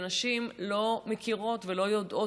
ונשים לא מכירות ולא יודעות,